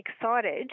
excited